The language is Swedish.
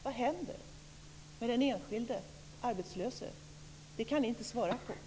Vad händer med den enskilde arbetslöse? Det kan ni inte svara på.